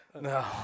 No